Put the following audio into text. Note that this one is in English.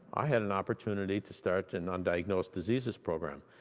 i had an opportunity to start an undiagnosed diseases program.